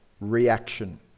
reaction